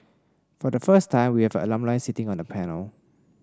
for the first time we have an alumni sitting on the panel